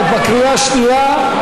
מיכל, את בקריאה השנייה.